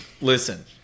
Listen